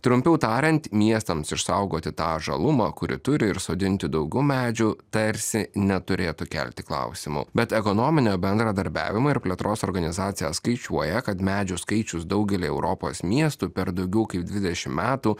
trumpiau tariant miestams išsaugoti tą žalumą kuri turi ir sodinti daugiau medžių tarsi neturėtų kelti klausimų bet ekonominio bendradarbiavimo ir plėtros organizacija skaičiuoja kad medžių skaičius daugelyje europos miestų per daugiau kaip dvidešim metų